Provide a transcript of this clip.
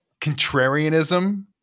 contrarianism